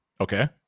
Okay